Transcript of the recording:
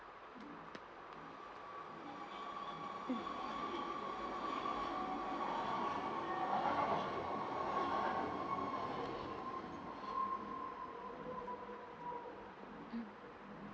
mm mm